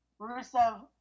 Rusev